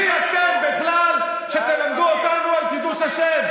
מי אתם בכלל שתלמדו אותנו על קידוש השם?